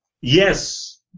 Yes